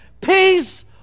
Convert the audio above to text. Peace